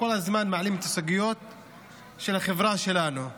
וכל הזמן מעלים את הסוגיות של החברה שלנו,